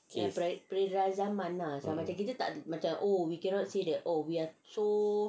okay um